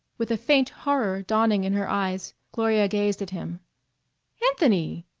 with a faint horror dawning in her eyes, gloria gazed at him anthony!